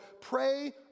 pray